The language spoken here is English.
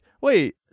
wait